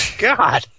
God